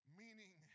meaning